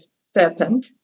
serpent